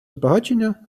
збагачення